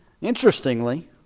interestingly